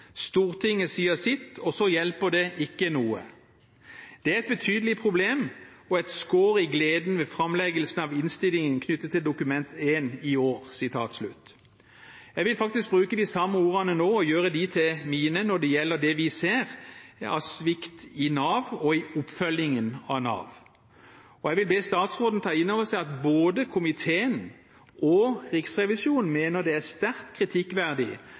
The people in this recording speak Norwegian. og så hjelper det ikke noe. Det er et betydelig problem og et skår i gleden ved framleggelsen av innstillinga knyttet til Dokument 1 i år.» Jeg vil faktisk bruke de samme ordene nå og gjøre dem til mine når det gjelder det vi ser av svikt i Nav og i oppfølgingen av Nav. Jeg vil be statsråden ta inn over seg at både komiteen og Riksrevisjonen mener det er sterkt kritikkverdig